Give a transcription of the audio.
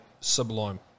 sublime